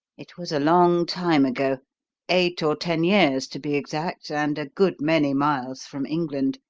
it was a long time ago eight or ten years, to be exact and a good many miles from england.